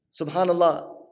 subhanallah